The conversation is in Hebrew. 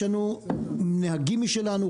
יש לנו נהגים משלנו,